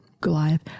Goliath